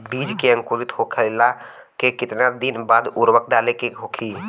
बिज के अंकुरित होखेला के कितना दिन बाद उर्वरक डाले के होखि?